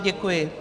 Děkuji.